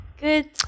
Good